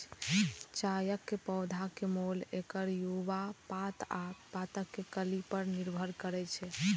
चायक पौधाक मोल एकर युवा पात आ पातक कली पर निर्भर करै छै